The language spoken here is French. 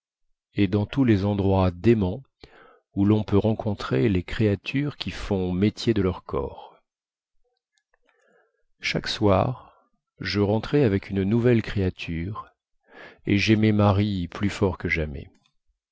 et dans tous les endroits déments où lon peut rencontrer les créatures qui font métier de leur corps chaque soir je rentrais avec une nouvelle créature et jaimais marie plus fort que jamais